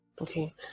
Okay